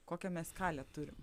kokią mes skalę turim